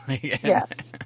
Yes